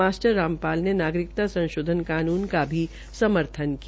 master Rampal ने नागरिकता संशोधन कानून का भी समर्थन किया